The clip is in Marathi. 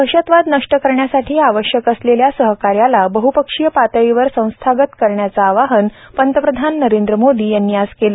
दहशतवाद नष्ट करण्यासाठी आवश्यक असलेल्या सहकार्यास बहपक्षीय पातळीवर संस्थागत करण्याचं आवाहन पंतप्रधान नरेंद्र मोदी यांनी आज केलं